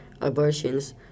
abortions